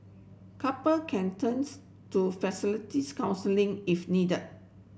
couple can turns to facilities counselling if needed